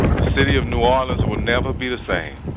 the city of new orleans will never be the same